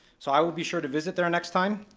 so i will be sure to visit there next time.